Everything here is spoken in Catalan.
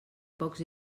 pocs